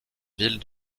ville